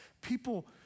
people